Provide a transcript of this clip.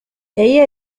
ella